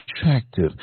attractive